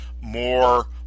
more